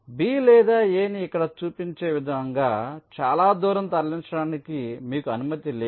B లేదా A ని ఇక్కడ చూపించే విధంగా చాలా దూరం తరలించడానికి మీకు అనుమతి లేదు